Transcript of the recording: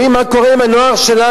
אז אנחנו רואים מה קורה עם הנוער שלנו.